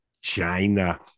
China